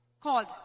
called